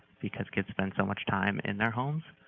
because kids spend so much time in their homes.